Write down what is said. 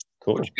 Cool